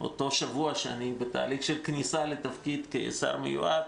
בשבוע שאני בתהליך של כניסה לתפקיד כשר מיועד